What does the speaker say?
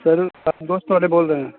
سر آپ گوشت والے بول رہے ہیں